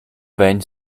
weń